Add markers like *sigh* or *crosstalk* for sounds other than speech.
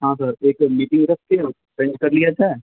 हाँ सर एक मीटिंग रख कर और *unintelligible* कर लिया जाए